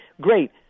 Great